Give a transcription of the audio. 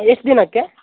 ಎಷ್ಟು ದಿನಕ್ಕೆ